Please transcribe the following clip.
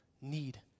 need